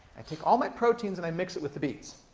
i take all my proteins and i mix it with the beads.